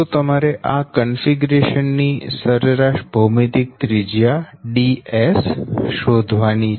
તો તમારે આ કન્ફીગરેશન ની સરેરાશ ભૌમિતિક ત્રિજ્યા Ds શોધવાની છે